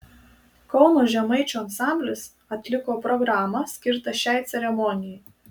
kauno žemaičių ansamblis atliko programą skirtą šiai ceremonijai